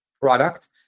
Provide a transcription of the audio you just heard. product